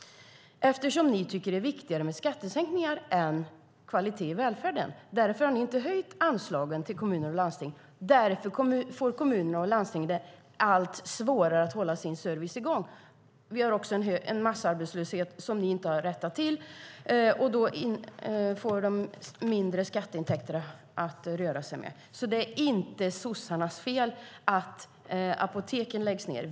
Ni tycker att det är viktigare med skattesänkningar än kvalitet i välfärden. Därför har ni inte höjt anslagen till kommuner och landsting. Därför får kommunerna och landstingen det allt svårare att hålla i gång sin service. Vi har också en massarbetslöshet som ni inte har rättat till, och då får de mindre skatteintäkter att röra sig med. Det är inte sossarnas fel att apoteken läggs ned.